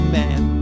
man